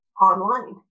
online